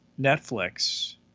Netflix